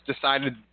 decided